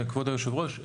תודה, כבוד יושבת הראש.